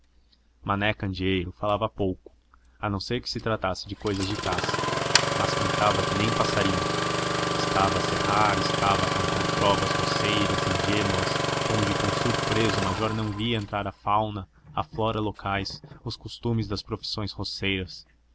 mané candeeiro falava pouco a não ser que se tratasse de cousas de caça mas cantava que nem passarinho estava a serrar estava a cantar trovas roceiras ingênuas onde com surpresa o major não via entrar a fauna a flora locais os costumes das profissões roceiras